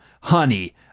honey